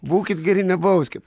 būkit geri nebauskit